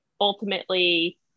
ultimately